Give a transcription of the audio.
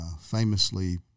famously